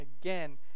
again